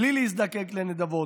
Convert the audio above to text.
בלי להזדקק לנדבות,